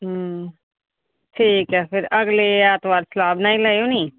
ठीक ऐ फिर अगले ऐतवार सलाह् बनाई लैयो ना